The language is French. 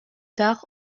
tard